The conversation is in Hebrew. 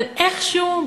אבל איכשהו,